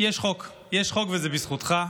יש חוק וזה בזכותך,